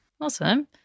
Awesome